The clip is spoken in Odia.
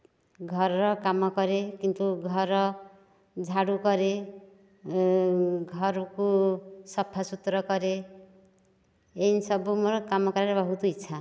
ଘରର କାମ କରେ କିନ୍ତୁ ଘର ଝାଡ଼ୁ କରେ ଘରକୁ ସଫାସୁତରା କରେ ଏହିସବୁ ମୋ'ର କାମ କରିବାରେ ବହୁତ ଇଚ୍ଛା